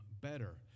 better